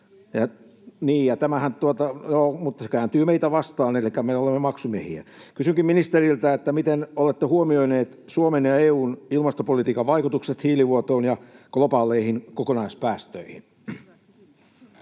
se kääntyy meitä vastaan, elikkä me olemme maksumiehiä. Kysynkin ministeriltä: miten olette huomioineet Suomen ja EU:n ilmastopolitiikan vaikutukset hiilivuotoon ja globaaleihin kokonaispäästöihin?